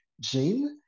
gene